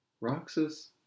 roxas